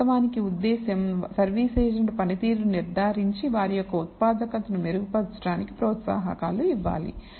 వాస్తవానికి ఉద్దేశ్యం service agent పనితీరును నిర్ధారించి వారి యొక్క ఉత్పాదకతను మెరుగుపర్చడానికి ప్రోత్సాహకాలు ఇవ్వాలి